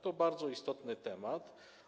To bardzo istotny temat.